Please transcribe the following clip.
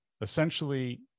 Essentially